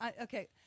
Okay